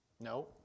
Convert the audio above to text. No